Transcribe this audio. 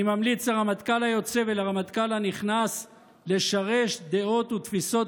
אני ממליץ לרמטכ"ל היוצא ולרמטכ"ל הנכנס לשרש דעות ותפיסות